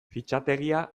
fitxategia